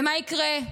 ומה יקרה?